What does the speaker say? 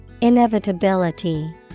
Inevitability